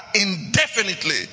indefinitely